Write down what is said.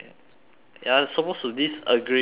you're supposed to disagree with me